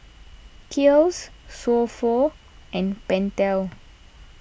Kiehl's So Pho and Pentel